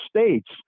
states